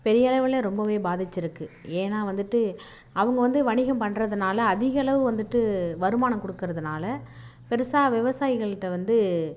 பெரிய அளவில ரொம்பவே பாதித்திருக்கு ஏன்னா வந்துட்டு அவங்க வந்து வணிகம் பண்றதுனால் அதிகளவு வந்துட்டு வருமானம் கொடுக்கறதுனால பெருசாக விவசாயிகள்கிட்ட வந்து